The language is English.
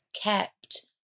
kept